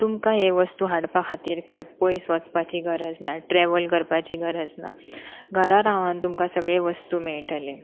तुमकां हे वस्तू हाडपा खातीर खंय पयस वचपाची गरज ना ट्रॅवल करपाची गरज ना घरा रावान तुमकां सगळे वस्तू मेळटले